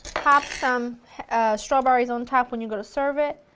pop some strawberries on top when you go to serve it.